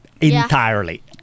entirely